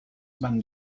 man